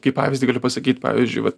kaip pavyzdį galiu pasakyt pavyzdžiui vat